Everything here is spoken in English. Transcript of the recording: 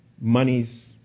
monies